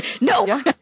No